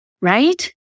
right